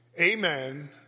amen